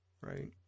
Right